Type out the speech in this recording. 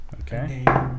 Okay